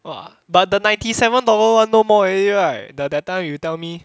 !wah! but the ninety seven dollar one no more already right the that time you tell me